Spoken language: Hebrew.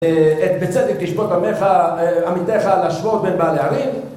אה... את "בצדק תשפוט עמיך... אה... עמיתיך" להשוות בין בעלי ערים?